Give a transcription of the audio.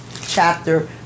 chapter